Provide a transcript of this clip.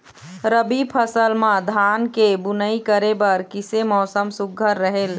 रबी फसल म धान के बुनई करे बर किसे मौसम सुघ्घर रहेल?